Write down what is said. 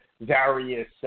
various